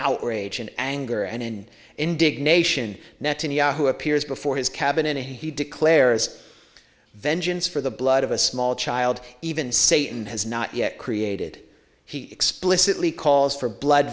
outrage and anger and indignation netanyahu appears before his cabin he declares vengeance for the blood of a small child even satan has not yet created he explicitly calls for blood